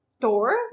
door